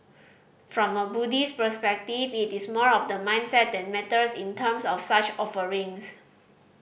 from a Buddhist perspective it is more of the mindset that matters in terms of such offerings